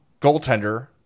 goaltender